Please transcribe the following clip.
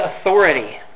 authority